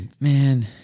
man